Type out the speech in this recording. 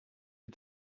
die